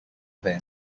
then